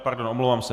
Pardon, omlouvám se.